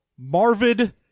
Marvid